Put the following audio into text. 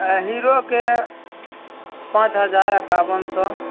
आोर हीरोके पाँच हजार एकावन सओ